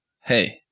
hey